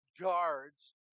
guards